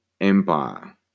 empire